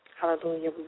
Hallelujah